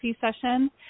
session